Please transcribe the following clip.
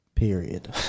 Period